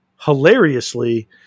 hilariously